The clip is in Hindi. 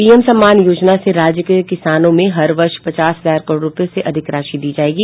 पीएम सम्मान योजना से राज्य के किसानों में हर वर्ष पचास हजार करोड़ रूप्ये से अधिक राशि दी जायेगी